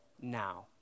now